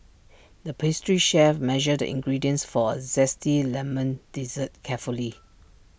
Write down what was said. the pastry chef measured the ingredients for A Zesty Lemon Dessert carefully